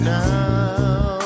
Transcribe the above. now